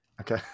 okay